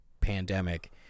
pandemic